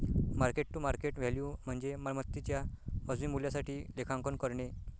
mark to market value म्हणजे मालमत्तेच्या वाजवी मूल्यासाठी लेखांकन करणे